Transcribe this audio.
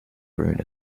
ruin